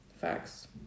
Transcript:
Facts